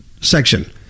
Section